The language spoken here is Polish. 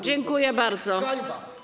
Dziękuję bardzo.